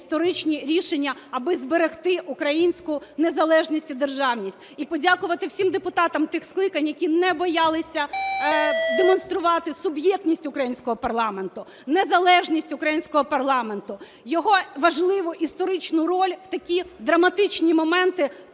історичні рішення, аби зберегти українську незалежність і державність. І подякувати всім депутатам тих скликань, які не боялися демонструвати суб'єктність українського парламенту, незалежність українського парламенту, його важливу історичну роль в такі драматичні моменти